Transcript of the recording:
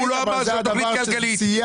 אנחנו לא יושבים בתכנית כלכלית.